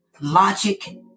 logic